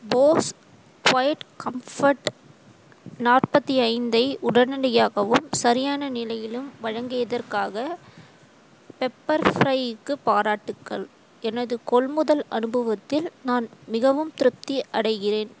Bose quiet comfort நாற்பத்தி ஐந்தை உடனடியாகவும் சரியான நிலையிலும் வழங்கியதற்காக பெப்பர்ஃப்ரைக்கு பாராட்டுக்கள் எனது கொள்முதல் அனுபவத்தில் நான் மிகவும் திருப்தி அடைகிறேன்